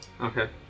Okay